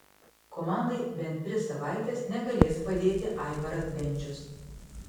komandai bent tris savaites negalės padėti aivaras bendžius